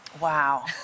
Wow